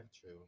true